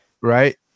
Right